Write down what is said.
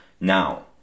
Now